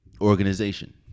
organization